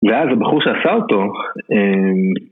ואז הבחור שעשה אותו...